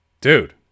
Dude